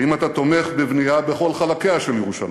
האם אתה תומך בבנייה בכל חלקיה של ירושלים?